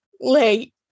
late